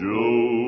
Joe